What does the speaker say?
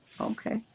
okay